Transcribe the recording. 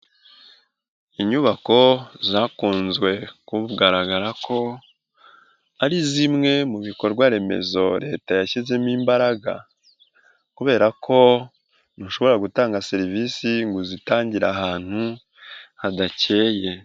Inyubako zakunzwe kugaragara ko ari zimwe mu bikorwa remezo Leta yashyizemo imbaraga kubera ko, ntushobora gutanga serivisi ngo uzitangire ahantu hadakeye.